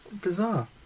Bizarre